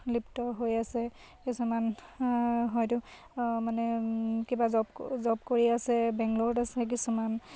লিপ্ত হৈ আছে কিছুমান হয়তো মানে কিবা জব জব কৰি আছে বেংলৰত আছে কিছুমান